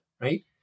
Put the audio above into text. right